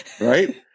right